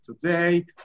today